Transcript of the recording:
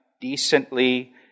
decently